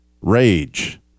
rage